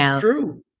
true